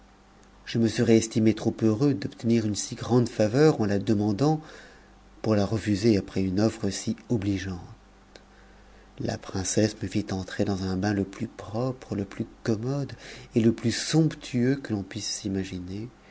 je me serais estimé trop heureux d'obtenir une si grande faveur en la demandant pour la refuser après une offre si obligeante la princesse me fit entrer dans un bain le plus propre le plus commode et le plus somptueux que l'on puisse s'imaginer